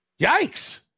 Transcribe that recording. Yikes